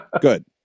Good